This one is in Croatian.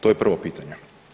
To je prvo pitanje.